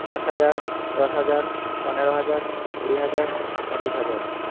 পাঁচ হাজার দশ হাজার পনেরো হাজার কুড়ি হাজার পঁচিশ হাজার